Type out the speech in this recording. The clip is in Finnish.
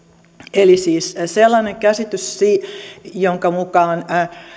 eli siis sellainen käsitys jonka mukaan